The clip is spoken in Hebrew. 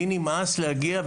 לי נמאס להגיע,